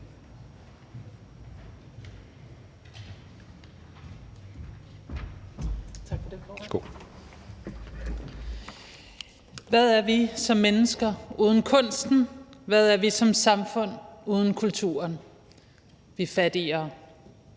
Hvad er vi som mennesker uden kunsten? Hvad er vi som samfund uden kulturen? Vi er fattigere.